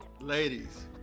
Ladies